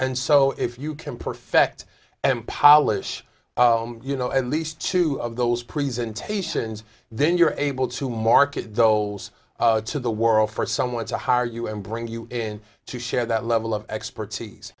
and so if you can perfect and polish you know at least two of those presentations then you're able to market though to the world for someone to hire you and bring you in to share that level of expertise